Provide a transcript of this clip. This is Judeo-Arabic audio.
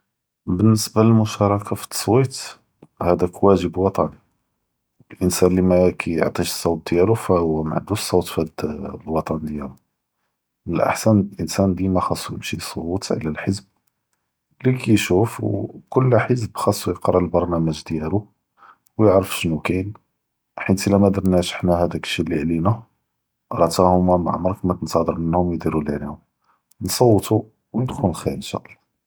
באלניסבה ללמשארכה פ התסוויט, האדאכ ווג’ב וטני, לאנסאן אללי מא כיעטיש אצצות דיאלו פפהו מא ענדוש צות פהאד אלוטן דיאלו. מן אלאחסן לאנסאן דימא ח’סו באש יצועת עלא אלחיזב אללי כישוף, ו כל חיזב ח’סו יקרא אלברנאמג’ דיאלו, ו יערף שנו כאין, חית אלא מא דרנאש חנא האדאכ אלשי אללי עלינא, רא חתה הומה מא עמרכ מא תנתצ’ר מנהם ידרו אללי עליהם. נצועתו ו נדכ’לו חיר, אינשאאללה.